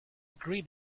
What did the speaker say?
agree